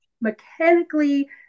mechanically